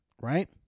right